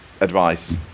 advice